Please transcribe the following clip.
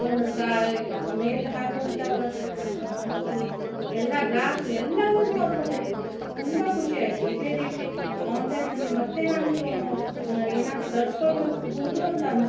ಒಂದು ಕಾ ಮೇಲೆ ಹಾಕುವಂಥ ವ ಬ ಎಲ್ಲ ಗ್ಲಾಸು ಎಲ್ಲವನ್ನು ಅವ್ರು ಕೊಟ್ಟಿದ್ರು ತುಂಬ ಖುಷಿಯಾಯ್ತು ಇದೇ ರೀತಿ ಆನ್ಲೈನಲ್ಲಿ ಮತ್ತು ನಾನು ಪು ಏನಾದರೂ ತರ್ಸ್ಕೊಳ್ಬ ಬಹುದು ಅಂತ ಅನಿಸ್ತು